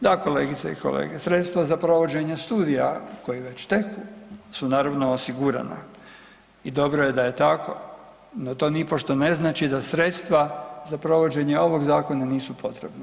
Da, kolegice i kolege, sredstva za provođenje studija koji već teku su naravno osigurana i dobro je da je tako, no to nipošto ne znači da sredstva za provođenje ovog zakona nisu potrebna.